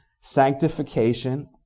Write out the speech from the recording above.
Sanctification